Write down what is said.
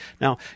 Now